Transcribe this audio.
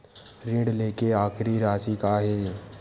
ऋण लेके आखिरी राशि का हे?